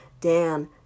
Dan